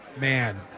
man